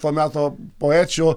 to meto poečių